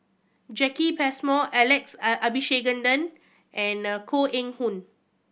Jacki Passmore Alex Abisheganaden and Koh Eng Hoon